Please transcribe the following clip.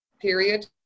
period